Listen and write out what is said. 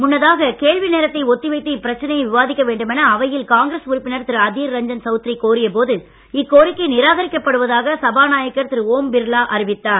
முன்னதாக கேள்வி நேரத்தை ஒத்தி வைத்து இப்பிரச்சளையை விவாதிக்க வேண்டுமென அவையில் காங்கிரஸ் உறுப்பினர் திரு அதீர் ரஞ்சன் சௌத்ரி கோரிய போது இக்கோரிக்கை நிராகரிக்கப்படுவதாக சபாநாயகர் திரு ஓம் பிர்லா அறிவித்தார்